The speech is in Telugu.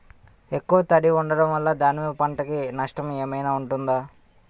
ఎక్కువ తడి ఉండడం వల్ల దానిమ్మ పంట కి నష్టం ఏమైనా ఉంటుందా?